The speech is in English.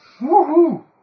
Woohoo